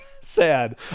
sad